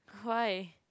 why